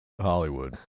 Hollywood